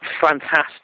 fantastic